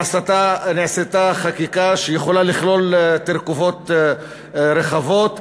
נעשתה חקיקה שלפיה אפשר לכלול תרכובות רחבות,